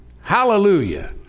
Hallelujah